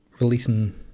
releasing